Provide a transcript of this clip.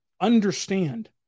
understand